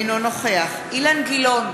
אינו נוכח אילן גילאון,